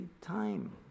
time